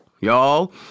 y'all